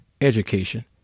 Education